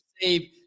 save